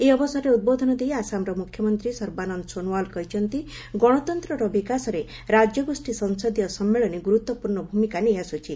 ଏହି ଅବସରରେ ଉଦ୍ବୋଧନ ଦେଇ ଆସାମର ମୁଖ୍ୟମନ୍ତ୍ରୀ ସର୍ବାନନ୍ଦ ସୋନୋୱାଲ୍ କହିଛନ୍ତି ଗଣତନ୍ତ୍ରର ବିକାଶରେ ରାଜ୍ୟଗୋଷ୍ଠୀ ସଂସଦୀୟ ସମ୍ମିଳନୀ ଗୁରୁତ୍ୱପୂର୍ଣ୍ଣ ଭୂମିକା ନେଇଆସୁଛି